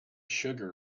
sugar